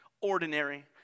Ordinary